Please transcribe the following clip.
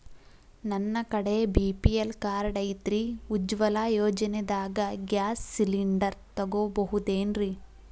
ನನ್ನ ಕಡೆ BPL card ಐತ್ರಿ, ಉಜ್ವಲಾ ಯೋಜನೆದಾಗ ಗ್ಯಾಸ್ ಸಿಲಿಂಡರ್ ತೊಗೋಬಹುದೇನ್ರಿ?